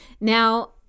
now